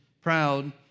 proud